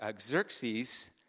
Xerxes